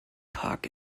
park